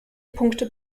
punkte